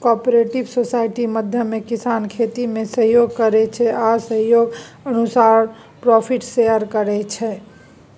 cooperative society माध्यमे किसान खेतीमे सहयोग करै छै आ सहयोग अनुसारे प्रोफिट शेयर करै छै